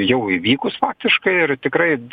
jau įvykus faktiškai ir tikrai